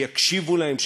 שיקשיבו להם,